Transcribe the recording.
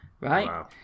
right